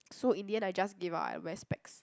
so in the end I just give up I wear specs